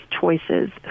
choices